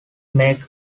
make